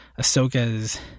Ahsoka's